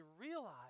realize